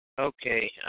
Okay